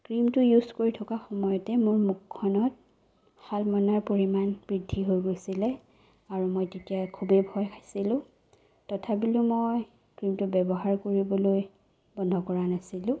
ক্ৰীমটো ইউজ কৰি থকাৰ সময়তে মোৰ মুখখনত শালমইনাৰ পৰিমাণ বৃদ্ধি হৈ গৈছিলে আৰু মই তেতিয়া খুবেই ভয় খাইছিলোঁ তথাপিতো মই ক্ৰীমটো ব্যৱহাৰ কৰিবলৈ বন্ধ কৰা নাছিলোঁ